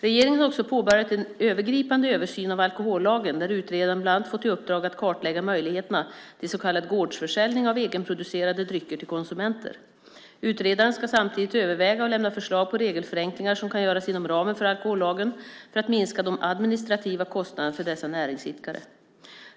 Regeringen har också påbörjat en övergripande översyn av alkohollagen där utredaren bland annat har fått i uppdrag att kartlägga möjligheterna till så kallad gårdsförsäljning av egenproducerade drycker till konsumenter. Utredaren ska samtidigt överväga och lämna förslag på regelförenklingar som kan göras inom ramen för alkohollagen för att minska de administrativa kostnaderna för dessa näringsidkare.